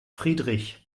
friedrich